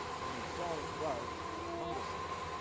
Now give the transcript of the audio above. and then he saw that the rub mumbles something